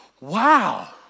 wow